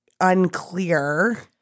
unclear